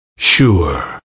Sure